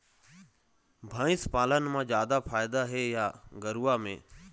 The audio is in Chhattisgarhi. भंइस पालन म जादा फायदा हे या गरवा में?